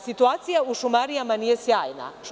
Situacija u šumarijama nije sjajna.